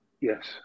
Yes